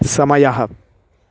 समयः